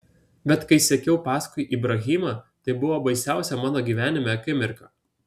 bet kai sekiau paskui ibrahimą tai buvo baisiausia mano gyvenime akimirka